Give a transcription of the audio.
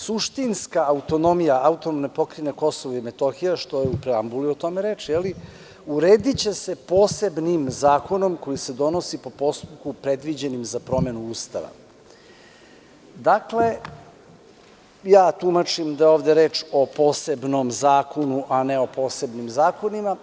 Suštinska autonomija AP Kosovo i Metohija, o čemu je u preambuli reč, urediće se posebnim zakonom koji se donosi po postupku predviđenim za promenu Ustava.“ Dakle, tumačim da je ovde reč o posebnom zakonu, a ne o posebnim zakonima.